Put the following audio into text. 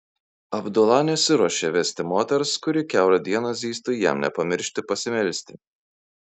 abdula nesiruošė vesti moters kuri kiaurą dieną zyztų jam nepamiršti pasimelsti